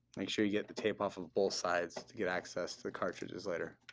make sure you get the tape off ah both sides to get access to the cartridges later.